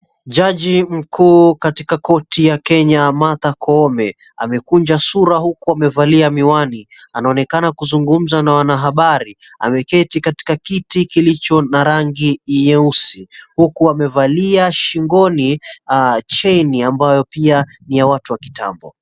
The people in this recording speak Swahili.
Jaji mkuu katika koti ya kenya Martha koome ,amekunja sura huku amevalia miwani. Anaonekana kuzunguumza na wanahabari. Ameketi katika kiti kilicho na rangi nyeusi ,huku amevalia shingoni cheini ambayo pia ni ya watu wa kitambo.